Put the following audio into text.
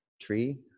tree